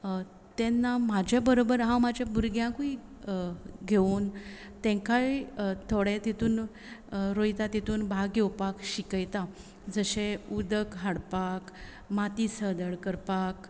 तेन्ना म्हजे बरोबर हांव म्हज्या भुरग्यांकूय घेवन तांकांय थोडें तितून रोयता तेतून भाग घेवपाक शिकयतां जशें उदक हाडपाक माती सदळ करपाक